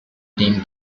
team